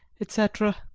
etc,